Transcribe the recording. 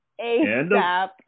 ASAP